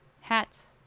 hats